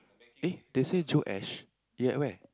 eh they say they at where